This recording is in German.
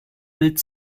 bild